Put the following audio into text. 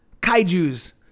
Kaijus